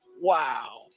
Wow